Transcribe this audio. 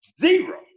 Zero